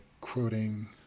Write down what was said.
quoting